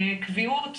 קביעות,